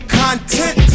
content